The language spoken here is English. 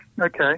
Okay